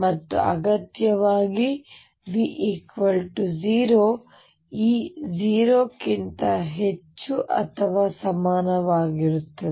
ಮತ್ತು ಅಗತ್ಯವಾಗಿ V 0 E 0 ಕ್ಕಿಂತ ಹೆಚ್ಚು ಅಥವಾ ಸಮನಾಗಿರುತ್ತದೆ